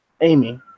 Amy